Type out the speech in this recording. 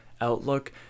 outlook